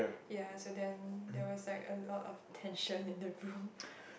ya so then there was like a lot of tension in the room